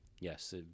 yes